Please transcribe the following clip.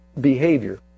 behavior